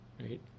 right